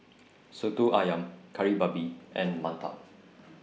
Soto Ayam Kari Babi and mantou